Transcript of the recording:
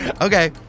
Okay